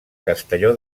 castelló